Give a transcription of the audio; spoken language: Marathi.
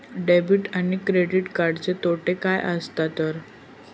डेबिट आणि क्रेडिट कार्डचे तोटे काय आसत तर?